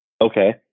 Okay